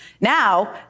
Now